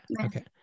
okay